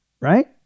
right